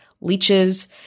leeches